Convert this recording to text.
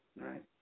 right